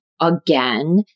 again